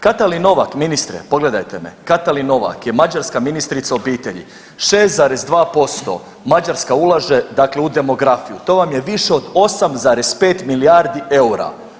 Katalin Novak ministre pogledajte me, Katalin Novak je mađarska ministrica obitelji 6,2% Mađarska ulaže u demografiju, to vam je više od 8,5 milijardi eura.